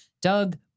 Doug